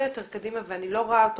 יותר קדימה ולצערי אני לא רואה אותו